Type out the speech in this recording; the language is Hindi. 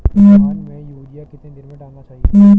धान में यूरिया कितने दिन में डालना चाहिए?